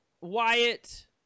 Wyatt